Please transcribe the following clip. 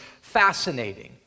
fascinating